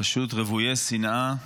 פשוט רוויי שנאה.